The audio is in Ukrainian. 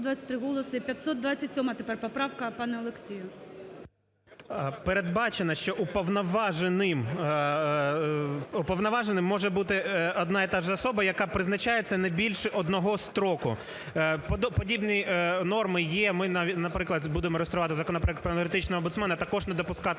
Передбачено, що уповноваженим може бути одна і та ж особа, яка призначається не більше одного строку. Подібні норми є. Ми, наприклад, будемо реєструвати законопроект про енергетичного омбудсмена, також не допускати,